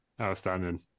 Outstanding